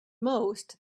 most